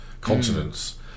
continents